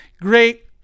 Great